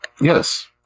Yes